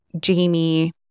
Jamie